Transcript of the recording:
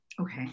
Okay